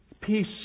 peace